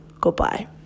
Goodbye